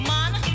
Man